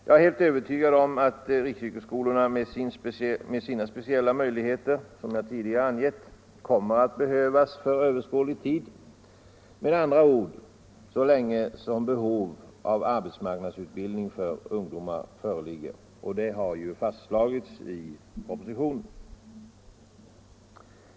Jag är helt övertygad om att riksyrkesskolorna med sina speciella möjligheter, som jag tidigare angett, kommer att behövas för överskådlig tid, med andra ord så länge som behov av arbetsmarknadsutbildning för ungdomar föreligger. Och att det behovet kommer att föreligga har fastslagits i regeringens proposition.